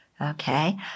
Okay